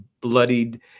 bloodied